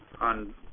on